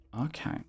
Okay